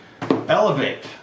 elevate